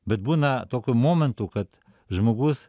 bet būna tokių momentų kad žmogus